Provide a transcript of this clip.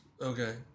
Okay